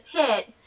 pit